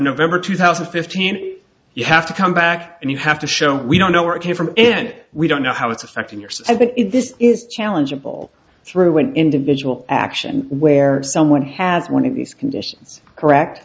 november two thousand and fifteen you have to come back and you have to show we don't know where it came from it we don't know how it's affecting yours i think this is challengeable through an individual action where someone has one of these conditions correct